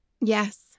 yes